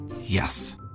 Yes